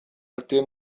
atuye